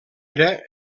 era